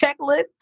checklist